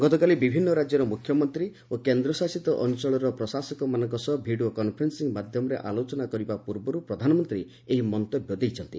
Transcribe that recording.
ଗତକାଲି ବିଭିନ୍ନ ରାଜ୍ୟର ମୁଖ୍ୟମନ୍ତ୍ରୀ ଓ କେନ୍ଦ୍ରଶାସିତ ଅଞ୍ଚଳ ପ୍ରଶାସକମାନଙ୍କ ସହ ଭିଡ଼ିଓ କନ୍ଫରେନ୍ସିଂ ମାଧ୍ୟମରେ ଆଲୋଚନା କରିବା ପୂର୍ବରୁ ପ୍ରଧାନମନ୍ତ୍ରୀ ଏହି ମନ୍ତବ୍ୟ ଦେଇଛନ୍ତି